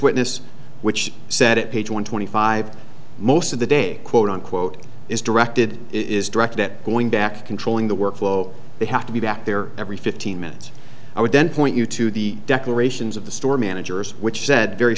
witness which said it page one twenty five most of the day quote unquote is directed is directed at going back to controlling the workflow they have to be back there every fifteen minutes i would then point you to the declarations of the store managers which said very